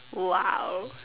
!wow!